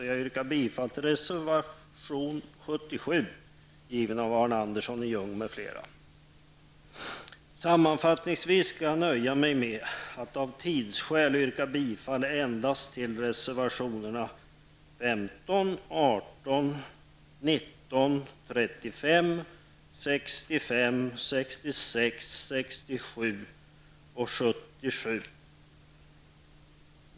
Jag yrkar bifall till reservation 77 som är avgiven av Sammanfattningsvis skall jag nöja mig med att av tidsskäl yrka bifall endast till reservationerna 15, 18, 19, 35, 65, 66, 67 och 77.